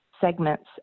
segments